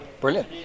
Brilliant